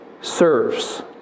serves